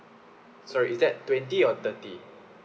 sorry is that twenty or thirty